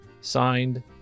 signed